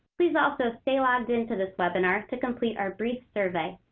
please also stay logged in to this webinar to complete our brief survey.